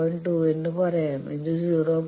2 എന്ന് പറയാം ഇത് 0